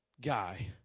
guy